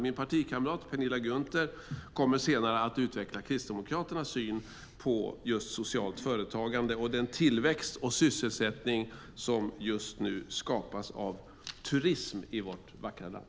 Min partikamrat Penilla Gunther kommer senare att utveckla Kristdemokraternas syn på socialt företagande och den tillväxt och sysselsättning som skapas av turism i vårt vackra land.